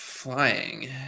flying